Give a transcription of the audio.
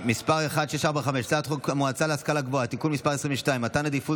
הצעת חוק המועצה להשכלה גבוהה (תיקון מס' 22) (מתן עדיפות